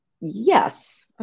Yes